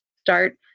start